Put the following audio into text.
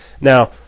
Now